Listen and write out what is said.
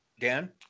Dan